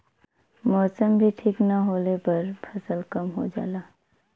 मौसम भी ठीक न होले पर फसल कम हो जाला